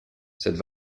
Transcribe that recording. cette